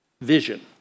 vision